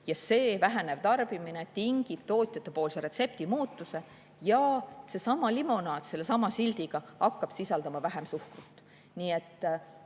Ja see vähenev tarbimine tingib tootjapoolse retsepti muutuse ja seesama limonaad sellesama sildiga hakkab sisaldama vähem suhkrut. Nii et